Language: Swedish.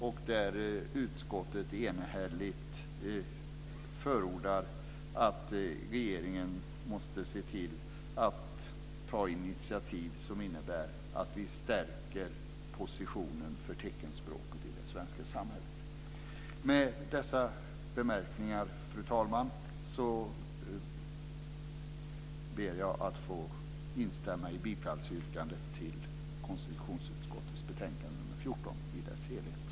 Utskottet förordar enhälligt att regeringen måste se till att man tar initiativ som innebär att vi stärker positionen för teckenspråket i det svenska samhället. Med dessa bemärkningar, fru talman, ber jag att få instämma i bifallsyrkandet till konstitutionsutskottets betänkande nr 14 i dess helhet.